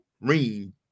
Reem